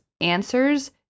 answers